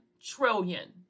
trillion